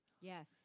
Yes